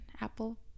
apple